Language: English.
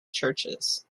churches